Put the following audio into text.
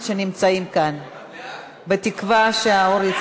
סגרנו ועדת